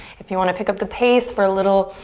if you wanna pick up the pace for a little